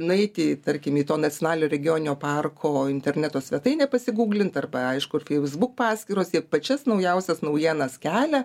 nueiti tarkim į to nacionalinio regioninio parko interneto svetainę pasigūglint arba aišku ar fejusbuk paskyros jie pačias naujausias naujienas kelia